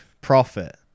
profit